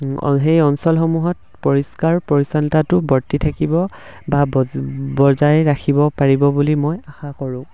সেই অঞ্চলসমূহত পৰিষ্কাৰ পৰিচ্ছন্নতাটো বৰ্তি থাকিব বা বজাই ৰাখিব পাৰিব বুলি মই আশা কৰোঁ